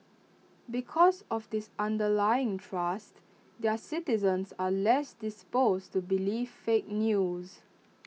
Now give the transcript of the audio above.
because of this underlying trust their citizens are less disposed to believe fake news